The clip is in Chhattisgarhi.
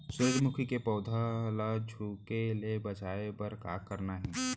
सूरजमुखी के पौधा ला झुके ले बचाए बर का करना हे?